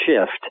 shift